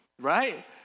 right